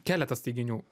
keletas teiginių